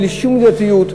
בלי שום מידתיות,